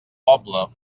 poble